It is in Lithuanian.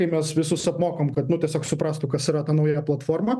kaip mes visus apmokom kad nu tiesiog suprastų kas yra ta nauja platforma